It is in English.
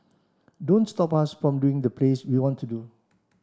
don't stop us from doing the plays we want to do